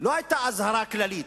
לא היתה אזהרה כללית,